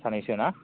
सानैसो ना